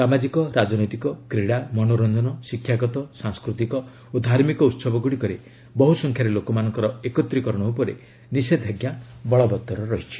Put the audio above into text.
ସାମାଜିକ ରାଜନୈତିକ କ୍ରୀଡ଼ା ମନୋର୍ଚଜନ ଶିକ୍ଷାଗତ ସାଂସ୍କୃତିକ ଓ ଧାର୍ମିକ ଉହବଗୁଡ଼ିକରେ ବହୁସଂଖ୍ୟାରେ ଲୋକମାନଙ୍କ ଏକତ୍ରିକରଣ ଉପରେ ନିଷେଧାଙ୍କା ବଳବତ୍ତର ରହିଛି